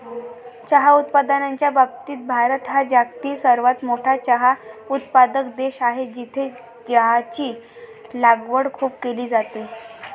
चहा उत्पादनाच्या बाबतीत भारत हा जगातील सर्वात मोठा चहा उत्पादक देश आहे, जिथे चहाची लागवड खूप केली जाते